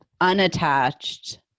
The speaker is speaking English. unattached